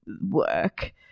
work